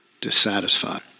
dissatisfied